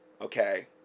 Okay